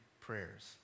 prayers